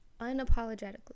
unapologetically